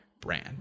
brand